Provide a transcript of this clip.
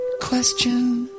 question